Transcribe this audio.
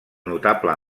notable